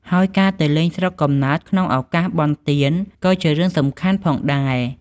ហើយការទៅលេងស្រុកកំណើតក្នុងឱកាសបុណ្យទានក៏ជារឿងសំខាន់ផងដែរ។